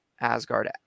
Asgard